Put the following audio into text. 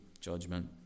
judgment